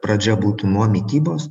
pradžia būtų nuo mitybos